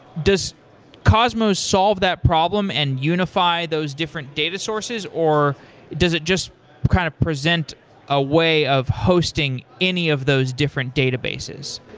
does cosmos solve that problem and unify those different data sources or does it just kind of present a way of hosting any of those different databases?